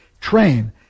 train